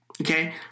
Okay